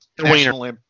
National